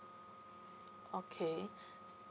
okay